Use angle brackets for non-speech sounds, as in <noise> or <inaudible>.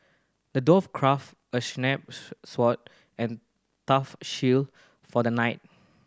the dwarf crafted a <unintelligible> sword and a tough shield for the knight